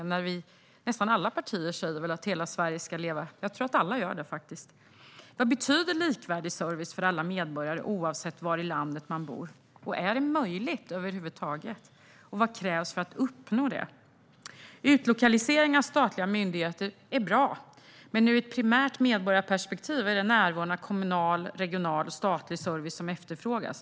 Jag tror att nästan alla politiska partier säger det. Ja, jag tror faktiskt att alla gör det. Vad betyder likvärdig service för alla medborgare oavsett var i landet man bor? Är det över huvud taget möjligt med en likvärdig service? Vad krävs för att man ska uppnå det? Utlokalisering av statliga myndigheter är bra, men från ett primärt medborgarperspektiv är det närvaron av kommunal, regional och statlig service som efterfrågas.